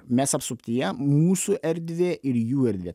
mes apsuptyje mūsų erdvė ir jų erdvė